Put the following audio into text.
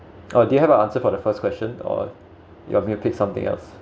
or do you have an answer for the first question or you want me to pick something else